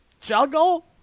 Juggle